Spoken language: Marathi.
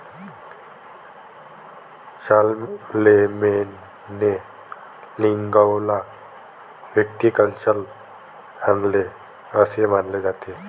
शारलेमेनने रिंगौला व्हिटिकल्चर आणले असे मानले जाते